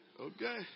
Okay